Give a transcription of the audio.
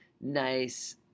nice